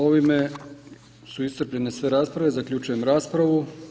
Ovime su iscrpljene sve rasprave, zaključujem raspravu.